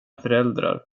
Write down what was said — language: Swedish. föräldrar